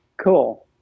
Cool